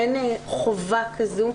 אין חובה כזו.